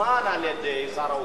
יסומן על-ידי שר האוצר.